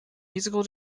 musical